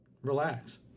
relax